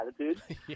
attitude